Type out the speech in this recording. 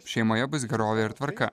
šeimoje bus gerovė ir tvarka